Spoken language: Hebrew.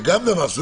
זה גם סובייקטיבי.